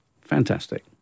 Fantastic